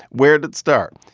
where'd it start?